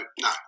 no